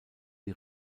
die